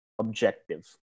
objective